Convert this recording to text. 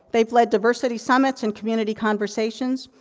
they've led diversity summits and community conversations,